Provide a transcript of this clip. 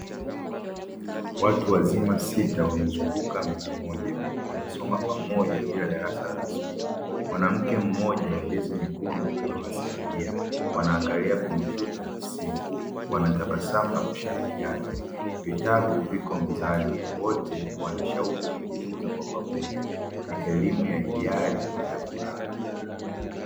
Watu wazima sita wamezunguka meza moja wanasoma pamoja bila darasa rasmi. Mwanamke mmoja mwenye jezi nyekundu anawasaidia wanaangalia kompyuta na simu. Wanatabasamu na kushirikiana. Vitabu vipo mezani, wote wanashauku ya kujifunza kwa pamoja. Ni elimu ya hiari na ya furaha.